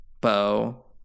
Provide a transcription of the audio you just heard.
Bo